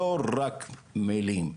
לא רק מילים,